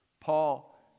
Paul